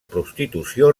prostitució